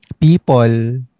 people